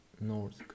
north